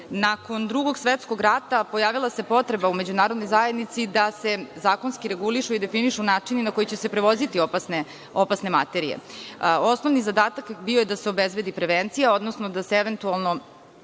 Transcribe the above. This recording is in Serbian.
Drugog svetskog rata pojavila se potreba u Međunarodnoj zajednici da se zakonski regulišu i definišu načini na koje će se prevoziti opasne materije. Osnovni zadatak bio je da se obezbedi prevencija, odnosno da se spreči